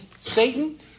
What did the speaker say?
Satan